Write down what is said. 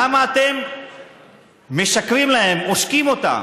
למה אתם משקרים להם, עושקים אותם?